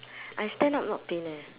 I stand up not pain eh